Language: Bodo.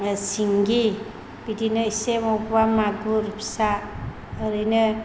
सिंगि बिदिनो इसे बबेबा मागुर फिसा ओरैनो